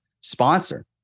sponsor